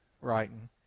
writing